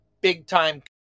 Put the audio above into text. big-time